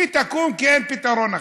היא תקום כי אין פתרון אחר.